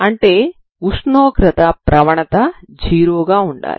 అంటే ఉష్ణోగ్రత ప్రవణత 0 గా ఉండాలి